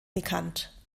bekannt